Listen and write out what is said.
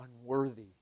unworthy